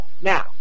now